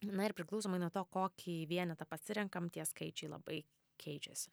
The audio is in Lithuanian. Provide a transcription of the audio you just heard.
na ir priklausomai nuo to kokį vienetą pasirenkam tie skaičiai labai keičiasi